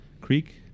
Creek